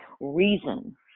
reason